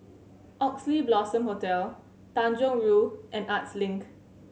Oxley Blossom Hotel Tanjong Rhu and Arts Link